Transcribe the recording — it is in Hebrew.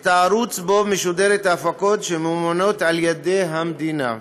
את הערוץ שבו משודרות ההפקות שממומנות על ידי המדינה.